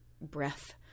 breath